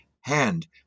hand